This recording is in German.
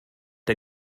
der